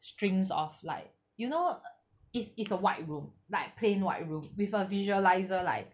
strings of like you know it's it's a white room like plain white room with a visualiser like